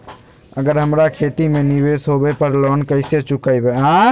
अगर हमरा खेती में निवेस होवे पर लोन कैसे चुकाइबे?